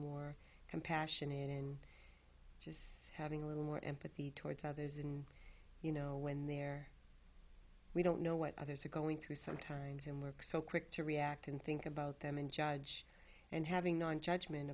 more compassionate and just having a little more empathy towards others and you know when they're we don't know what others are going through sometimes and work so quick to react and think about them and judge and having non judgment